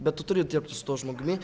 bet tu turi dirbti su tuo žmogumi